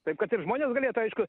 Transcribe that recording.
taip kad ir žmonės galėtų aišku